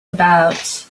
about